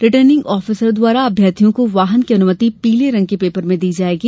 returning officer द्वारा अभ्यर्थियों को वाहन की अनुमति पीले रंग के पेपर में दी जायेगी